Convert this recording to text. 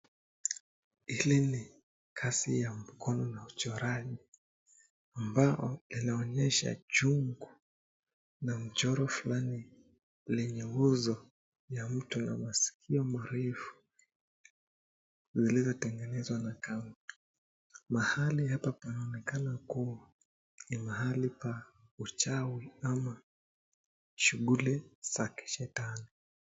Ili ni kazi ya mkono na uchoraji ,ambayo inaonesha chungu na mchoro Fulani lenye uso yamtu Fulani mwenye masikio marefu zilizotegenezwa na kamutu .Mahali hapa panaonekana kuwa mahali pa uchawi ama shughuli za kishetani.